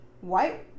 White